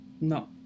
No